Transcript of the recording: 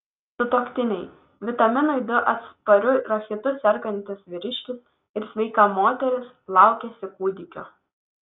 sutuoktiniai vitaminui d atspariu rachitu sergantis vyriškis ir sveika moteris laukiasi kūdikio